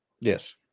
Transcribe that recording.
Yes